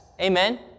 Amen